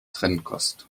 trennkost